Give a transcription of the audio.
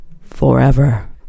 forever